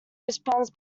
responds